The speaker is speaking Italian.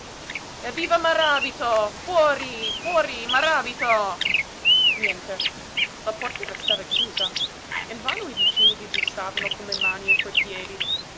chiusa evviva maràbito fuori fuori maràbito niente la porta restava chiusa invano i vicini vi bussavano con le mani e coi piedi